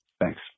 Thanks